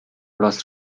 راست